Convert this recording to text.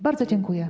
Bardzo dziękuję.